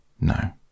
No